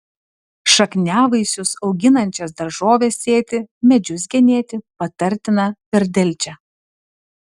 šakniavaisius auginančias daržoves sėti medžius genėti patartina per delčią